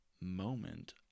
moment